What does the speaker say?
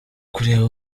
kureba